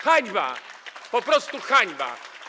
Hańba, po prostu hańba.